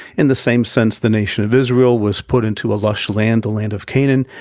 in the same sense, the nation of israel was put into a lush land, the land of canaan,